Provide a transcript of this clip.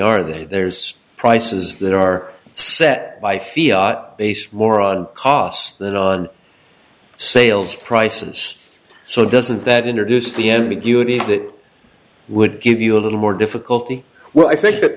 are they there's prices that are set by fear based more on cost than on sales prices so doesn't that introduce the end uni's that would give you a little more difficulty well i think that